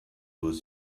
was